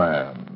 Man